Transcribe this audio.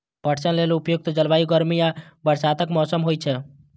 पटसन लेल उपयुक्त जलवायु गर्मी आ बरसातक मौसम होइ छै